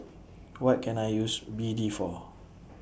What Can I use B D For